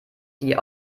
die